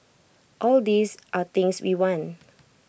all these are things we want